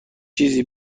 چیزی